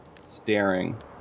staring